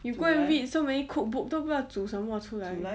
you go and read so many cookbook 都不知道煮什么出来